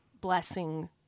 blessing